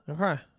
Okay